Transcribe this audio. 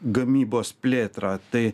gamybos plėtrą tai